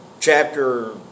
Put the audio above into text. chapter